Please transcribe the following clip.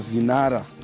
Zinara